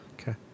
Okay